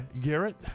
Garrett